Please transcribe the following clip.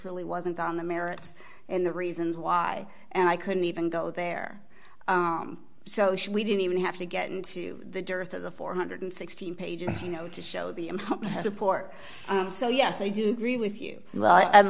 really wasn't on the merits and the reasons why and i couldn't even go there so should we didn't even have to get into the dearth of the four hundred and sixteen pages you know to show the support so yes i do agree with you well i'm